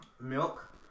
milk